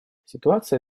ситуация